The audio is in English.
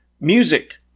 music